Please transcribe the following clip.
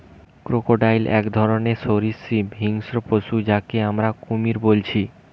crocodile এক ধরণের সরীসৃপ হিংস্র পশু যাকে আমরা কুমির বলছি